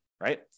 right